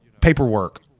paperwork